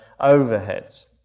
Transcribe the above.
overheads